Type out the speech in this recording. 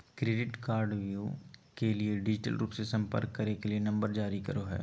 credit कार्डव्यू के लिए डिजिटल रूप से संपर्क करे के लिए नंबर जारी करो हइ